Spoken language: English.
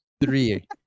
three